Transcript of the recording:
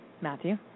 Matthew